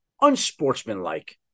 unsportsmanlike